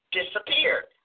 disappeared